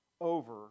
over